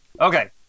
Okay